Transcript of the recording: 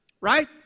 right